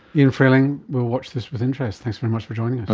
ian frayling, we'll watch this with interest. thanks very much for joining